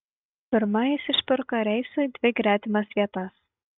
pirma jis išpirko reisui dvi gretimas vietas